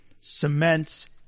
cements